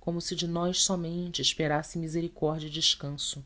como se de nós somente esperasse misericórdia e descanso